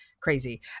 crazy